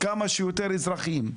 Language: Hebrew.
כמה שיותר אזרחים,